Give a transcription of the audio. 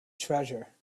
treasure